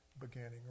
beginning